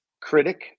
critic